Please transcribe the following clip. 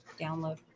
download